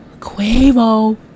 Quavo